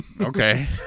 Okay